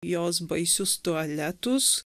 jos baisius tualetus